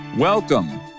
Welcome